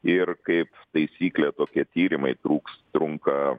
ir kaip taisyklė tokie tyrimai truks trunka